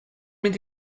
mynd